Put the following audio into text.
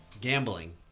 gambling